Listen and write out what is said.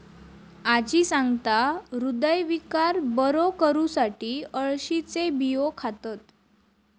आजी सांगता, हृदयविकार बरो करुसाठी अळशीचे बियो खातत